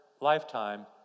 lifetime